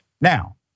Now